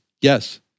Yes